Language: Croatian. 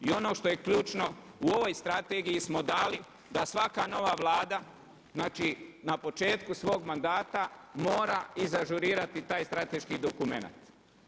I ono što je ključno, u ovoj strategiji smo dali da svaka nova Vlada, znači na početku svog mandata mora iz ažurirati taj strateški dokumenat.